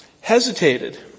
hesitated